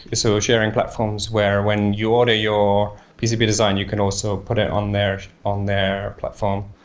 ah so, sharing platforms where when you order your pcb design, you could also put in on their on their platform.